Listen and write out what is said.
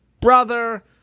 brother